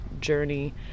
journey